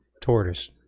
tortoise